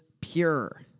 pure